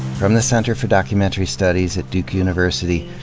from the center for documentary studies at duke university,